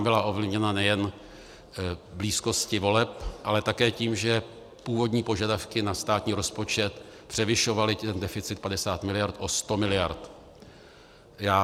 Byla ovlivněna nejen blízkostí voleb, ale také tím, že původní požadavky na státní rozpočet převyšovaly ten deficit 50 mld. o 100 mld.